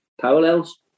parallels